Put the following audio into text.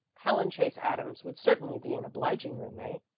helen chase adams would certainly be an obliging roommate.